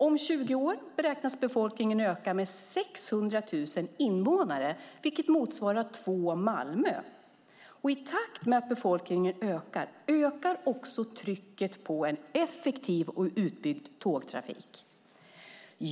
Om 20 år beräknas befolkningen ha ökat med 600 000 invånare, vilket motsvarar två Malmö. I takt med att befolkningen växer ökar också trycket på en effektiv och utbyggd tågtrafik.